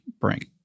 bring